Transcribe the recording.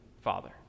Father